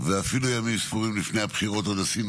אז אני